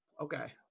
Okay